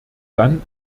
dann